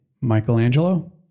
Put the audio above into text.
michelangelo